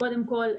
קודם כול,